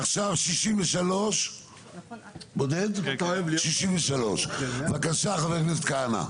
עכשיו 63. בבקשה, חבר הכנסת כהנא.